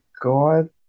god